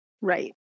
Right